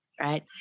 right